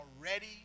already